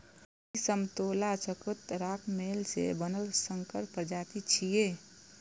ई समतोला आ चकोतराक मेल सं बनल संकर प्रजाति छियै